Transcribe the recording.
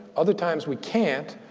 other times, we can't.